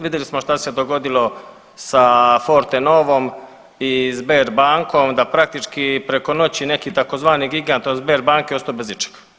Vidjeli smo što se dogodilo sa Forte Novom i Sberbankom, da praktički preko noći neki tzv. gigant od Sberbanke ostao bez ičega.